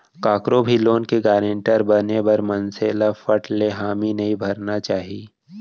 कखरो भी लोन के गारंटर बने बर मनसे ल फट ले हामी नइ भरना चाही